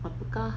pokka